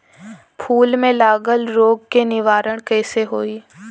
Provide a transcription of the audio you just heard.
फूल में लागल रोग के निवारण कैसे होयी?